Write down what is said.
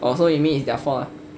oh so you mean it's their fault lah